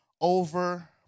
over